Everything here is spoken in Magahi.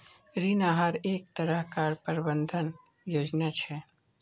ऋण आहार एक तरह कार प्रबंधन योजना छे